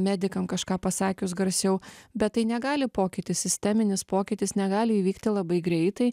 medikam kažką pasakius garsiau bet tai negali pokytis sisteminis pokytis negali įvykti labai greitai